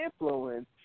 influence